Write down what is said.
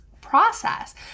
process